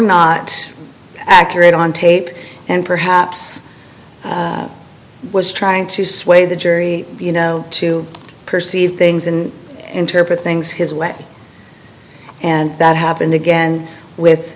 not accurate on tape and perhaps i was trying to sway the jury you know to perceive things and interpret things his way and that happened again with